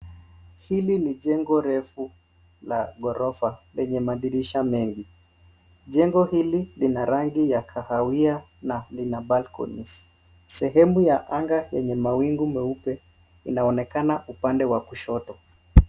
Hili ni jengo refu la ghorofa lenye madirisha mengi. Jengo hili lina rangi ya kahawia na lina balconies .Sehemu ya anga yenye mawingu meupe inaonekana upande wa kushoto.